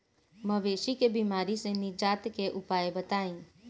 मवेशी के बिमारी से निजात के उपाय बताई?